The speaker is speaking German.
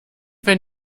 wenn